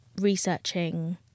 researching